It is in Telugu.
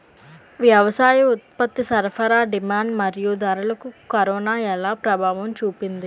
వ్యవసాయ ఉత్పత్తి సరఫరా డిమాండ్ మరియు ధరలకు కరోనా ఎలా ప్రభావం చూపింది